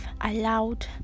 allowed